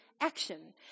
action